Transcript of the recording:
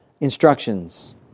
instructions